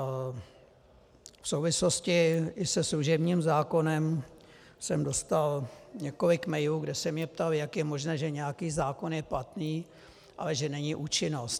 V souvislosti i se služebním zákonem jsem dostal několik mailů, kde se mě ptali, jak je možné, že nějaký zákon je platný, ale že není účinnost.